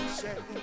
say